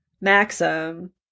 Maxim